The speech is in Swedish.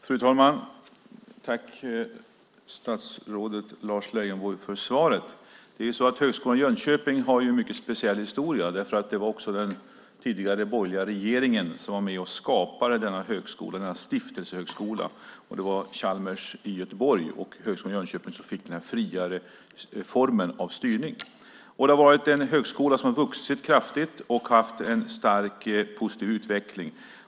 Fru talman! Tack statsrådet Lars Leijonborg för svaret! Högskolan i Jönköping har en mycket speciell historia. Det var den tidigare borgerliga regeringen som var med och skapade denna stiftelsehögskola. Det var Chalmers i Göteborg och Högskolan i Jönköping som fick den här friare formen av styrning. Det har varit en högskola som har vuxit kraftigt och haft en stark, positiv utveckling.